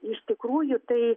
iš tikrųjų tai